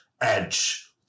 edge